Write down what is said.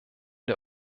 der